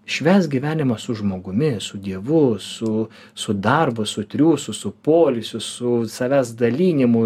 švęsk gyvenimą su žmogumi su dievu su su darbu su triūsu su poilsiu su savęs dalinimu